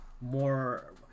more